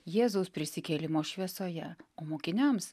jėzaus prisikėlimo šviesoje o mokiniams